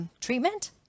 treatment